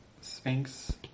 Sphinx